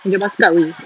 dia must scout wei